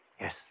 Yes